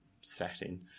setting